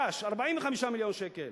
"דש" 45 מיליון שקל.